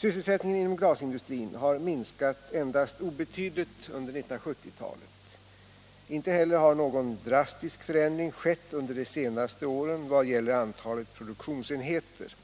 Sysselsättningen inom glasindustrin har minskat endast obetydligt under 1970-talet. Inte heller har någon drastisk förändring skett under de senaste åren vad gäller antalet produktionsenheter.